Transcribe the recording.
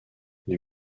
les